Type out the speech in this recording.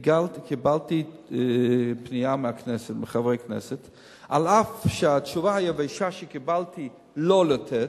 קיבלתי פנייה מחברי כנסת אף שהתשובה היבשה שקיבלתי היא לא לתת,